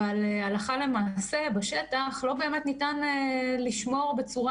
הלכה למעשה בשטח לא ניתן באמת לשמור בצורה